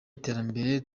iterambere